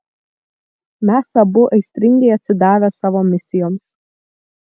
mes abu aistringai atsidavę savo misijoms